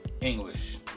English